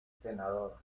senador